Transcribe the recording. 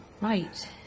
right